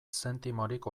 zentimorik